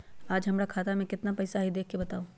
आज हमरा खाता में केतना पैसा हई देख के बताउ?